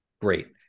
Great